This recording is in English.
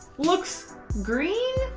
looks green?